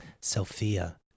sophia